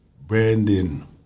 Brandon